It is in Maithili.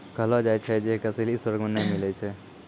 कहलो जाय छै जे कसैली स्वर्गो मे नै मिलै छै